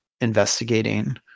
investigating